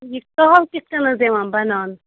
یہِ دال کِتھٕ کٔنۍ حظ یِوان بناونہٕ